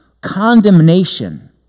condemnation